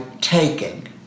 taking